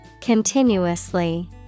Continuously